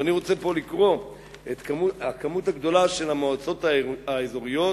ואני רוצה פה לקרוא את המספר הגדול של המועצות האזוריות,